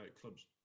clubs